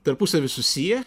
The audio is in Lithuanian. tarpusavy susiję